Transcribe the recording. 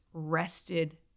rested